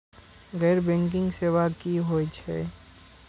गैर बैंकिंग सेवा की होय छेय?